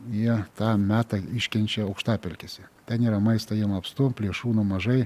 jie tą metą iškenčia aukštapelkėse ten yra maisto jiem apstu plėšrūnų mažai